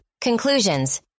Conclusions